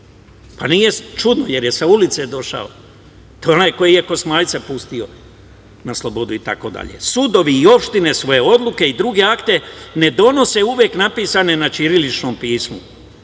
Pa, nije čudno, jer je sa ulice došao. To je onaj koji je Kosmajca pustio na slobodu itd. Sudovi i opštine svoje odluke i druge akte ne donose uvek napisane na ćiriličnom pismu.